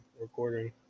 recording